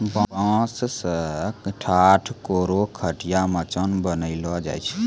बांस सें ठाट, कोरो, खटिया, मचान बनैलो जाय छै